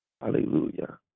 Hallelujah